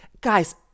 guys